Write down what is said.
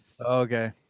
Okay